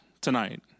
tonight